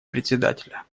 председателя